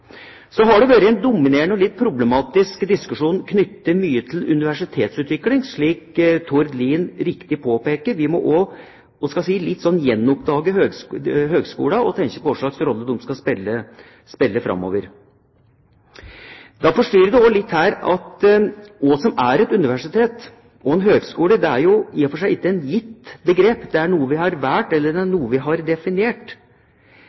Så har det vært en dominerende og litt problematisk diskusjon knyttet til universitetsutvikling, slik Tord Lien riktig påpeker. Vi må også gjenoppdage høgskolene og tenke på hva slags rolle de skal spille framover. Da forstyrrer det litt at hva som er et universitet og hva som er en høgskole, det er jo i og for seg ikke et gitt begrep som vi har valgt, men noe vi har definert. Men jeg synes da – og det er